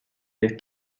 del